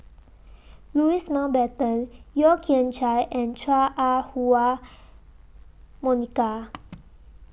Louis Mountbatten Yeo Kian Chye and Chua Ah Huwa Monica